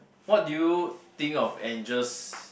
what do you think of angels